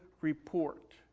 report